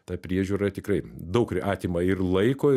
ta priežiūra tikrai daug atima ir laiko